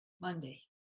Monday